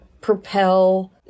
propel